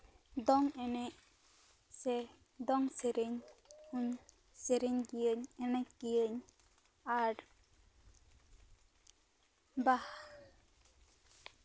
ᱫᱚᱝ ᱮᱱᱮᱡ ᱥᱮ ᱫᱚᱝ ᱥᱮᱨᱮᱧ ᱦᱚᱧ ᱥᱮᱨᱮᱧ ᱜᱮᱭᱟᱧ ᱮᱱᱮᱡ ᱜᱮᱭᱟᱧ ᱟᱨ ᱵᱟᱦᱟ